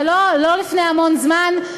זה לא לפני המון זמן,